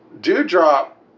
Dewdrop